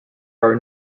are